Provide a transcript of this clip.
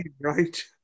right